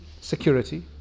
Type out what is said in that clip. security